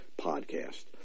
podcast